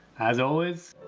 as always.